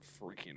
freaking